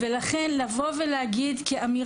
לכן לומר כאמירה,